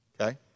Okay